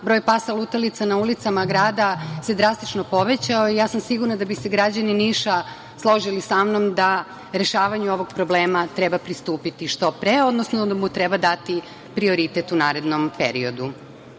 broj pasa lutalica na ulicama grada se drastično povećao i ja sam sigurna da bi se građani Niša složili sa mnom da rešavanju ovog problema treba pristupiti što pre, odnosno da mu treba dati prioritet u narednom periodu.U